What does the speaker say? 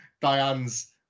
Diane's